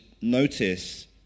notice